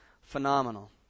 phenomenal